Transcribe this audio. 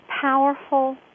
powerful